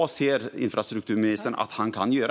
Vad ser infrastrukturministern att han kan göra?